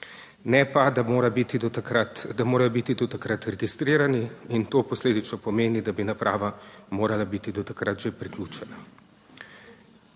ne pa da morajo biti do takrat registrirani, in to posledično pomeni, da bi naprava morala biti do takrat že priključena.